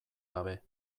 gabe